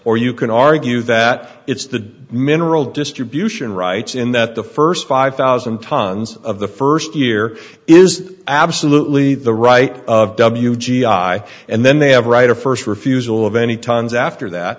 or you can argue that it's the mineral distribution rights in that the first five thousand tonnes of the first year is absolutely the right of w g i and then they have a right of first refusal of any tonnes after that